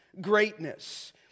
greatness